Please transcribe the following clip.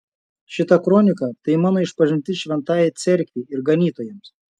šita kronika tai mano išpažintis šventajai cerkvei ir ganytojams